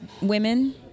women